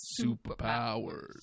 superpowers